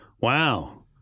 wow